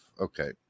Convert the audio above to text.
Okay